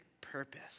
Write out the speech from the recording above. purpose